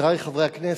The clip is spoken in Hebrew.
חברי חברי הכנסת,